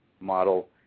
model